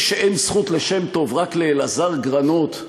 כפי שאין זכות לשם טוב רק לאלעזר גרנות,